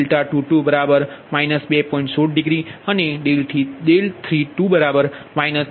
16 degree અને 32 3